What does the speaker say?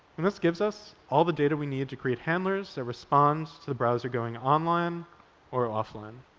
and this gives us all the data we need to create handlers that respond to the browser going online or offline.